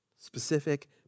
specific